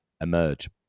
emerge